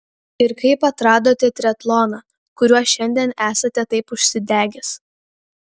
ir kaip atradote triatloną kuriuo šiandien esate taip užsidegęs